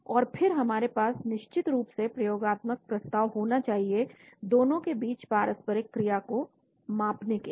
और फिर हमारे पास निश्चित रूप से प्रयोगात्मक प्रस्ताव होना चाहिए दोनों के बीच पारस्परिक क्रिया को मापने के लिए